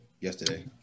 yesterday